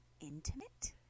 intimate